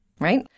right